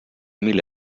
mil